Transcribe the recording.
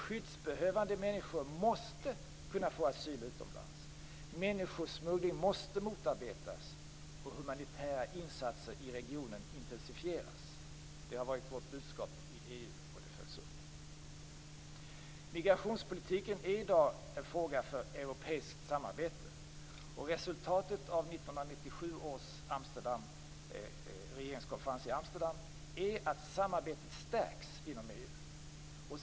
Skyddsbehövande människor måste kunna få asyl utomlands, människosmuggling motarbetas och humanitära insatser i regionen intensifieras. Det har varit vårt budskap i EU, och det följs upp. Migrationspolitiken är i dag en fråga för europeiskt samarbete. Resultatet av 1997 års regeringskonferens i Amsterdam är att samarbetet stärkts inom EU.